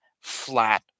Flat